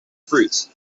fruits